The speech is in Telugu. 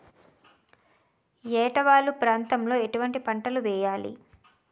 ఏటా వాలు ప్రాంతం లో ఎటువంటి పంటలు వేయాలి?